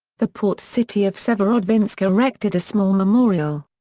the port city of severodvinsk erected a small memorial.